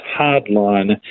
hardline